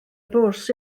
bws